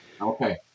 Okay